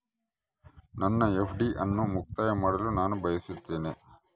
ನನ್ನ ಎಫ್.ಡಿ ಅನ್ನು ಮುಕ್ತಾಯ ಮಾಡಲು ನಾನು ಬಯಸುತ್ತೇನೆ